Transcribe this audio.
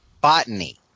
botany